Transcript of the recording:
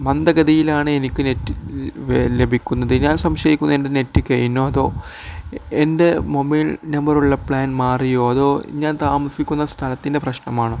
മന്ദഗതിയിലാണ് എനിക്ക് നെറ്റ് ലഭിക്കുന്നത് ഞാൻ സംശയിക്കുന്നത് എൻ്റെ നെറ്റ് കഴിഞ്ഞോ അതോ എൻ്റെ മൊബൈൽ നമ്പറിലുള്ള പ്ലാൻ മാറിയോ അതോ ഞാൻ താമസിക്കുന്ന സ്ഥലത്തിൻ്റെ പ്രശ്നമാണോ